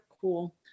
cool